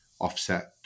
offset